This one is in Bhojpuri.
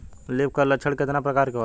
लीफ कल लक्षण केतना परकार के होला?